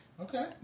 Okay